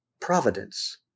Providence